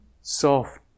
soft